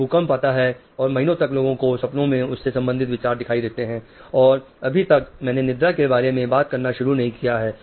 एक भूकंप आता है और महीनों तक लोगों को सपने में उससे संबंधित विचार दिखाई देते हैं और अभी तक मैंने निद्रा के बारे में बात करना शुरू नहीं किया है